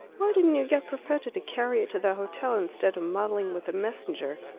why didn't you get perfetta to carry it to the hotel instead of muddling with the messenger?